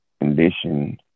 condition